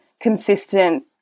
consistent